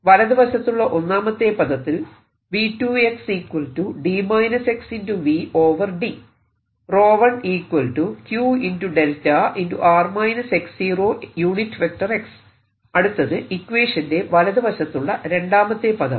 വലതുവശത്തുള്ള ഒന്നാമത്തെ പദത്തിൽ അടുത്തത് ഇക്വേഷന്റെ വലതു വശത്തുള്ള രണ്ടാമത്തെ പദം